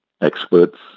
experts